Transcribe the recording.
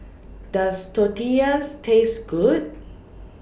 Does Tortillas Taste Good